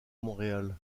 montréal